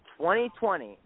2020